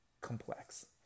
complex